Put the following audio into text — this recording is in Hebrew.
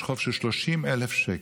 כי יש לה חוב של 30,000 שקל.